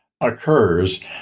occurs